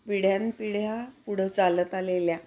पिढ्यानपिढ्या पुढं चालत आलेल्या